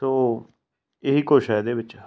ਤੋ ਇਹੀ ਕੁਝ ਹੈ ਇਹਦੇ ਵਿੱਚ